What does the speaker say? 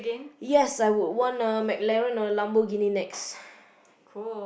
yes I would want a McLaren or Lamborghini next